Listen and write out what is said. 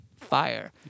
fire